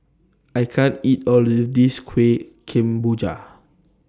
I can't eat All of This Kuih Kemboja